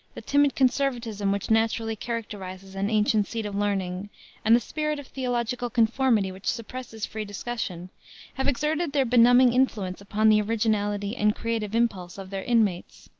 the timid conservatism which naturally characterizes an ancient seat of learning and the spirit of theological conformity which suppresses free discussion have exerted their benumbing influence upon the originality and creative impulse of their inmates.